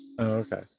Okay